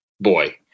boy